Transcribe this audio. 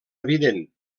evident